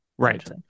Right